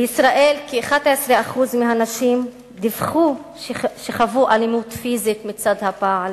בישראל כ-11% מהנשים דיווחו שחוו אלימות פיזית מצד הבעל,